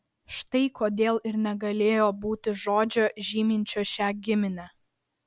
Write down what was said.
štai kodėl ir negalėjo būti žodžio žyminčio šią giminę